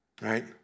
Right